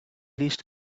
least